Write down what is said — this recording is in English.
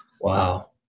Wow